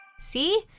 See